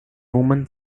woman